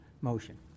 motion